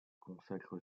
consacre